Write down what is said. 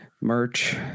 merch